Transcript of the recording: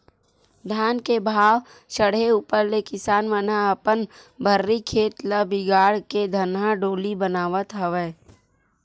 धान के भाव चड़हे ऊपर ले किसान मन ह अपन भर्री खेत ल बिगाड़ के धनहा डोली बनावत हवय